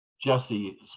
Jesse